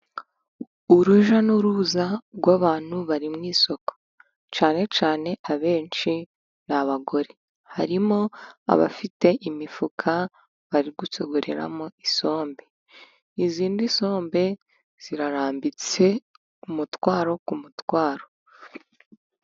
Urujya n'uruza rw'abantu bari mu isoko cyane cyane abenshi ni abagore, harimo abafite imifuka bari gusogoreramo, isombe izindi sombe zirarambitse umutwaro ku mutwaro.